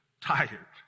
tired